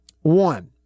One